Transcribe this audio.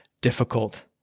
difficult